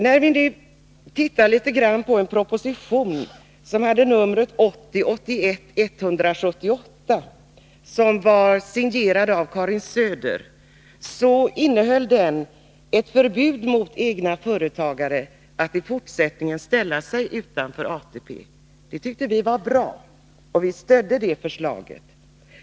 När vi tittade litet grand på proposition 1980/81:178, som är signerad av Karin Söder, fann vi att den innehåller ett förbud mot att egna företagare i fortsättningen ställer sig utanför ATP. Det tyckte vi var bra, och vi stödde det förslaget.